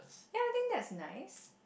ya I think that's nice